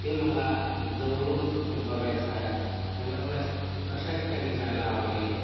ते मला जवळून बघायचं आहे त्यामुळे मला अशा ठिकाणी जायला आवडेल